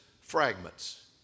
fragments